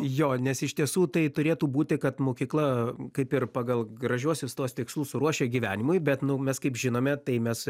jo nes iš tiesų tai turėtų būti kad mokykla kaip ir pagal gražiuosius tuos tikslus ruošia gyvenimui bet mes kaip žinome tai mes